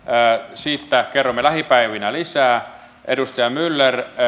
siitä kerromme lähipäivinä lisää edustaja myller